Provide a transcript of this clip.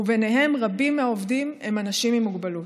ובהם רבים מהעובדים הם אנשים עם מוגבלות.